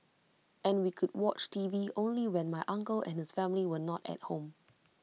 and we could watch T V only when my uncle and his family were not at home